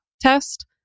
test